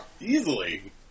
Easily